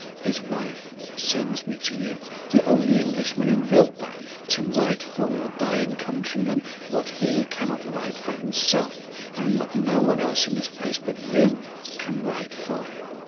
his wife sends me to you the only englishman in wildbad to write for your dying countryman what he cannot write for himself and what no one else in this place but you can write for him.